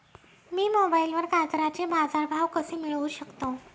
मी मोबाईलवर गाजराचे बाजार भाव कसे मिळवू शकतो?